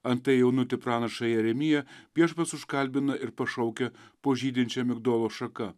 antai jaunutį pranašą jeremiją viešpats užkalbina ir pašaukia po žydinčia migdolo šaka